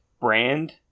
brand